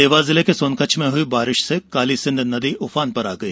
देवास जिले के सोनकच्छ में बारिश से कालीसिन्ध नदी उफान पर आ गई